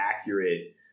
accurate